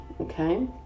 okay